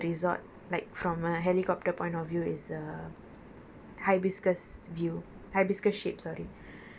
we rented the scooter and then the entire design of the resort like from a helicopter point of view is um